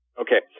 Okay